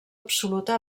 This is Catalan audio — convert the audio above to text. absoluta